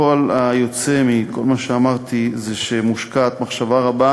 פועל יוצא מכל מה שאמרתי הוא שמושקעת מחשבה רבה